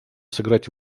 сыграть